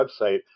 website